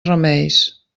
remeis